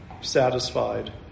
satisfied